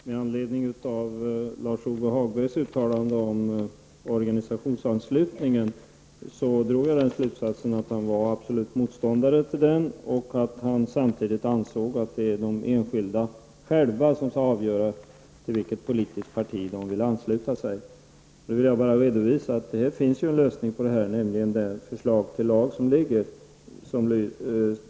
Herr talman! Av Lars-Ove Hagbergs uttalande om organisationsanslutningen drar jag slutsatsen att han är absolut motståndare till den. Samtidigt anser han att de enskilda själva skall få avgöra till vilket politiskt parti de skall ansluta sig. Jag vill redovisa att det finns en lösning på detta problem, närmligen i form av det förslag till lag som föreligger.